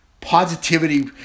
positivity